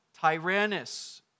Tyrannus